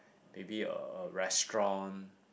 maybe a restaurant